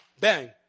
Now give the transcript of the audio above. bang